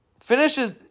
Finishes